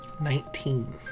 Nineteen